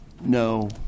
no